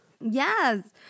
Yes